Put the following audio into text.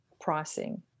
pricing